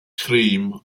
cream